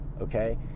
okay